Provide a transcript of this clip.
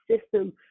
system